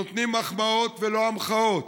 נותנים מחמאות ולא המחאות,